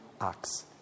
acts